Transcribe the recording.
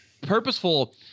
purposeful